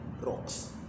rocks